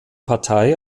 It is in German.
partei